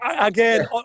again